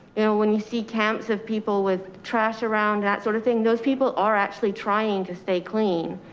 you know when you see camps of people with trash around that sort of thing, those people are actually trying to stay clean.